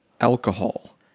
alcohol